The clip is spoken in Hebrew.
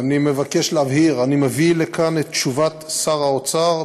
אני מבקש להבהיר: אני מביא לכאן את תשובת שר האוצר,